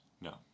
No